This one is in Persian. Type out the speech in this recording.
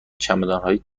چمدانهای